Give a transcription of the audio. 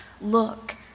look